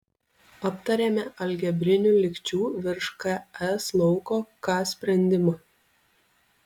aptarėme algebrinių lygčių virš ks lauko k sprendimą